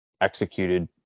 executed